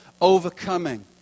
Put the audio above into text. overcoming